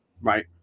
Right